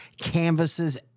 canvases